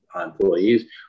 employees